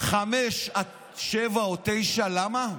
17:00 עד 19:00 או 21:00. למה?